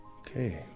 Okay